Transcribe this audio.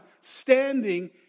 standing